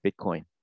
Bitcoin